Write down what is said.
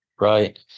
Right